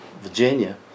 Virginia